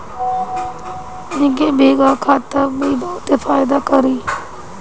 इके भीगा के खा तब इ बहुते फायदा करि